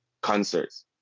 concerts